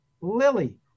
Lily